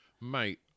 Mate